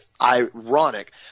ironic